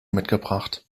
mitgebracht